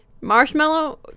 Marshmallow